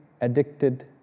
addicted